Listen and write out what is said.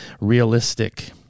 realistic